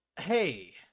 hey